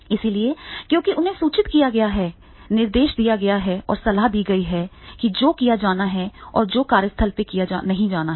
इसलिए क्योंकि उन्हें सूचित किया गया है निर्देश दिया गया है और सलाह दी गई है कि जो किया जाना है और जो कार्यस्थल पर नहीं किया जाना है